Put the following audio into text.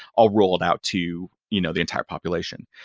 i'll roll it out to you know the entire population.